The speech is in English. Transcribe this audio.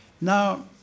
Now